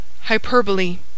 hyperbole